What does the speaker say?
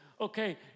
okay